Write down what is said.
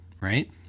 Right